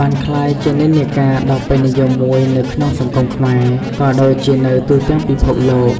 បានក្លាយជានិន្នាការដ៏ពេញនិយមមួយនៅក្នុងសង្គមខ្មែរ ក៏ដូចជានៅទូទាំងពិភពលោក។